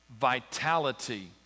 vitality